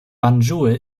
banjul